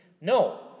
No